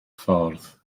ffordd